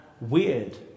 weird